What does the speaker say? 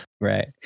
Right